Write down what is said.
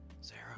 Sarah